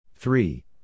Three